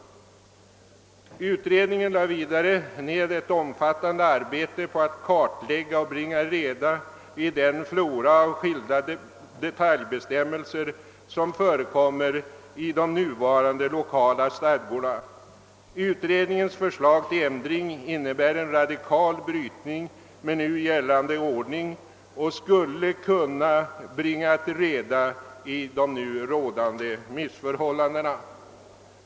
Utredningen lade vidare ned ett omfattande arbete på att kartlägga och bringa reda i den flora av skilda detaljbestämmelser som förekommer i de nuvarande lokala stadgorna. Utredningens förslag till ändring innebär en radikal brytning med nu gällande ordning och skulle kunna bringa reda i de rådande missförhållandena.